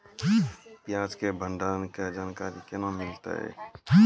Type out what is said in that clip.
प्याज के भंडारण के जानकारी केना मिलतै?